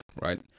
Right